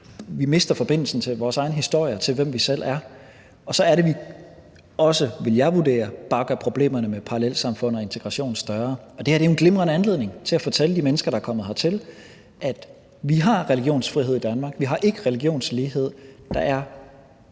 vi mister forbindelsen til vores egen historie, og hvem vi selv er. Og så er det, at vi også – vil jeg vurdere – bare gør problemerne med parallelsamfund og integration større. Det her er jo en glimrende anledning til at fortælle de mennesker, der er kommet hertil, at vi har religionsfrihed i Danmark, men at vi ikke har religionslighed.